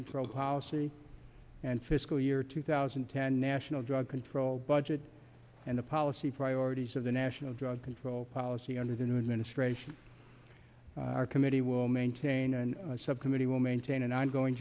control policy and fiscal year two thousand and ten national drug control budget and the policy priorities of the national drug control policy under the new administration our committee will maintain and subcommittee will maintain an ongoing